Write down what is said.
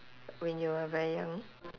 when you were very young